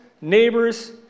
neighbors